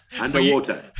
underwater